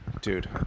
Dude